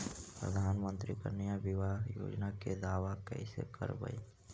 प्रधानमंत्री कन्या बिबाह योजना के दाबा कैसे करबै?